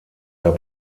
der